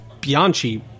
Bianchi